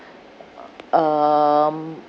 um